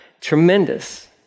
Tremendous